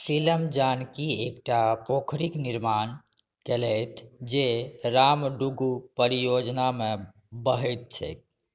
सीलम जानकी एकटा पोखरीक निर्माण कयलथि जे रामडुगू परियोजनामे बहैत छैक